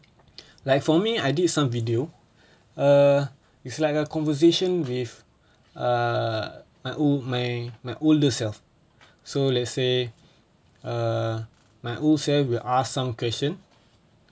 like for me I did some video err it's like a conversation with uh my old my my oldest self so let's say err my old self will ask some question